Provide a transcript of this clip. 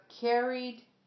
carried